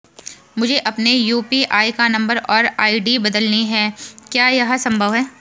मुझे अपने यु.पी.आई का नम्बर और आई.डी बदलनी है क्या यह संभव है?